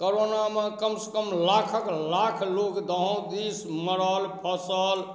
कोरोनामे कमसँ कम लाखक लाख लोग दहोदिस मरल फसल